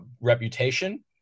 reputation